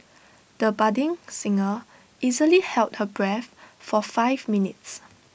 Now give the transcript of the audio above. the budding singer easily held her breath for five minutes